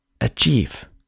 achieve